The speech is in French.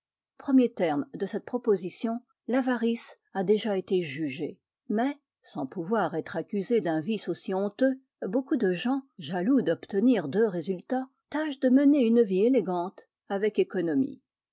premier terme de cette proposition l'avarice a déjà été jugée mais sans pouvoir être accusés d'un vice aussi honteux beaucoup de gens jaloux d'obtenir deux résultats tâchent de mener une vie élégante avec économie